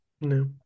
no